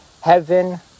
heaven